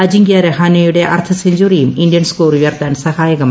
അജിങ്ക്യ രഹാനെയുടെ അർദ്ധ സെഞ്ചറിയും ഇന്ത്യൻ സ്കോർ ഉയർത്താൻ സഹായകമായി